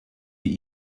die